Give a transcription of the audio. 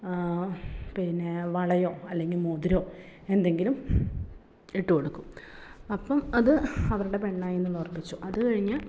പിന്നെ വളയോ അല്ലെങ്കിൽ മോതിരമോ എന്തെങ്കിലും ഇട്ട് കൊടുക്കും അപ്പം അത് അവരുടെ പെണ്ണായി എന്ന് ഉറപ്പിച്ചു അത് കഴിഞ്ഞ്